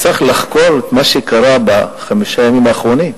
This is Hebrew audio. צריך לחקור את מה שקרה בחמשת הימים האחרונים.